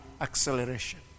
acceleration